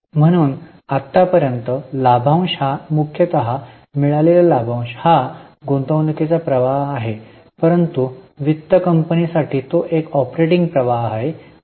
म्हणून आतापर्यंत लाभांश हा मुख्यतः मिळालेला लाभांश हा गुंतवणूकीचा प्रवाह आहे परंतु वित्त कंपनी साठी तो एक ऑपरेटिंग प्रवाह आहे